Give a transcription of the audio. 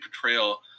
portrayal